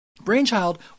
Brainchild